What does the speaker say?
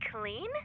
clean